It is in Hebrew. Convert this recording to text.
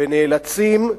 ונאלצים,